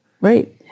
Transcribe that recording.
Right